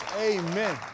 Amen